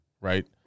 right